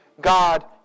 God